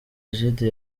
egide